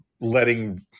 letting